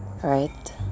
right